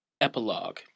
Epilogue